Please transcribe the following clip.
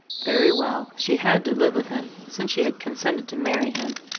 very well. she had to live with him, since she had consented to marry him,